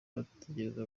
bategereza